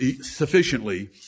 sufficiently